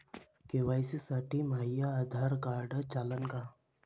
KYC साठी माह्य Aadhaar card चालन का?